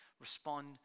respond